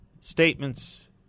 statements